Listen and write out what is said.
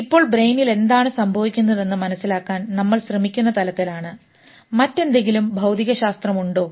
ഇപ്പോൾ ബ്രെയിനിൽ എന്താണ് സംഭവിക്കുന്നതെന്ന് മനസിലാക്കാൻ നമ്മൾ ശ്രമിക്കുന്ന തലത്തിലാണ് മറ്റെന്തെങ്കിലും ഭൌതികശാസ്ത്രമുണ്ടോ